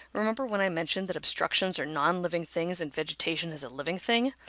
remember when i mentioned that obstructions are non-living things and vegetation is a living thing?